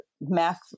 math